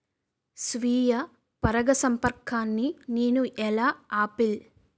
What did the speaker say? స్వీయ పరాగసంపర్కాన్ని నేను ఎలా ఆపిల్?